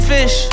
Fish